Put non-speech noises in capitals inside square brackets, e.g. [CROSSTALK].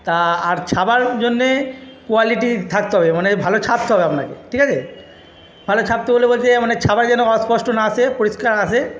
তা আর ছাপার জন্যে কোয়ালিটি থাকতে হবে মানে ভালো ছাপতে হবে আপনাকে ঠিক আছে ভালো ছাপতে [UNINTELLIGIBLE] বলতে মানে ছাপায় যেন অস্পষ্ট না আসে পরিষ্কার আসে